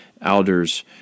elders